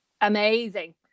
amazing